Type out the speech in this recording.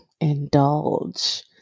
indulge